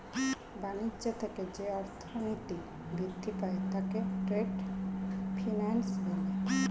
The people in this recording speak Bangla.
বাণিজ্য থেকে যে অর্থনীতি বৃদ্ধি পায় তাকে ট্রেড ফিন্যান্স বলে